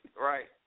right